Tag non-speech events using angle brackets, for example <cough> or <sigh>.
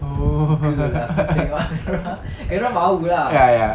oh <laughs> ya ya